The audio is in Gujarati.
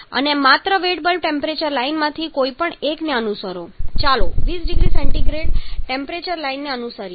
અને માત્ર વેટ બલ્બ ટેમ્પરેચર લાઇનમાંથી કોઈપણ એકને અનુસરો ચાલો 20 0C ટેમ્પરેચર લાઈનને અનુસરીએ